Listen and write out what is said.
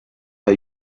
der